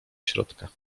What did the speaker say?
środka